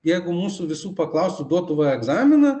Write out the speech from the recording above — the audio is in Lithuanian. jeigu mūsų visų paklaustų duotų va egzaminą